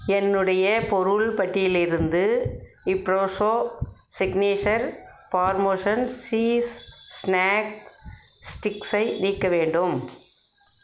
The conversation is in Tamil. என்னுடைய பொருள் பட்டியலிருந்து இப்ரெஷோ ஸிக்னேச்சர் பார்மோசன் சீஸ் ஸ்நாக் ஸ்டிக்ஸை நீக்க வேண்டும்